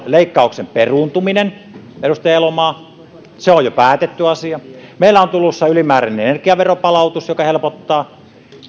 leikkauksen peruuntuminen edustaja elomaa on jo päätetty asia meillä on tulossa ylimääräinen energiaveron palautus joka helpottaa